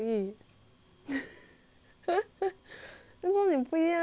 为什么你不要